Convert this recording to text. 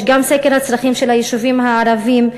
יש גם סקר הצרכים של היישובים הערביים,